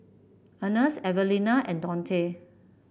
Earnest Evelina and Donte